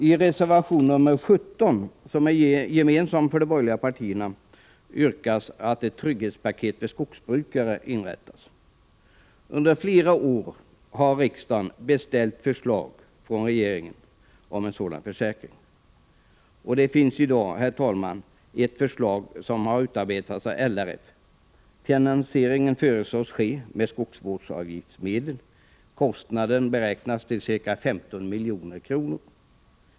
I reservation 17, som är gemensam för de borgerliga partierna, yrkas att ett trygghetspaket för skogsbrukare utformas. Under flera år har riksdagen beställt förslag från regeringen om en sådan försäkring. Det finns i dag ett förslag som har utarbetats av LRF. Finansieringen föreslås ske med skogsvårdsavgiftsmedel. Kostnaden beräknas till ca 15 milj.kr.